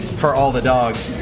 for all the dogs.